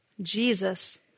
Jesus